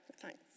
Thanks